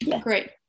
Great